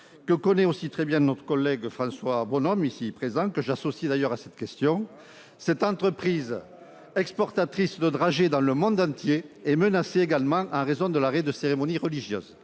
que connaît très bien mon collègue François Bonhomme, ici présent, et que j'associe à cette question. Cette entreprise, exportatrice de dragées dans le monde entier, est menacée également en raison de l'arrêt des cérémonies religieuses.